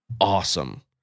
awesome